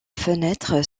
fenêtres